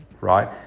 right